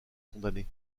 condamnés